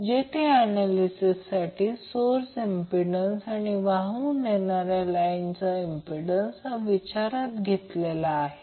जेथे ऍनॅलिसिस साठी source impedance आणि वाहून नेणाऱ्या लाईनचा इंम्प्पिडन्स हा विचारात घेतलेला आहे